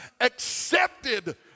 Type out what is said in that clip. accepted